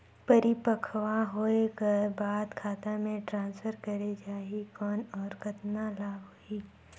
परिपक्व होय कर बाद खाता मे ट्रांसफर करे जा ही कौन और कतना लाभ होही?